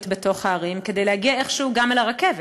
בתוך הערים כדי להגיע איכשהו גם אל הרכבת.